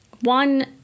one